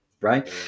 right